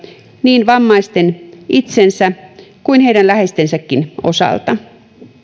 niin vammaisten itsensä kuin heidän läheistensäkin osalta